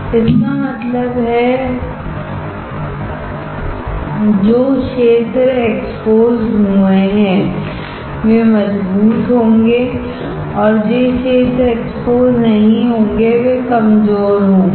इसका मतलब है जो क्षेत्र एक्सपोज हुए हैं वे मजबूत होंगे और जो क्षेत्र एक्सपोज नहीं होंगे वे कमजोर होंगे